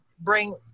bring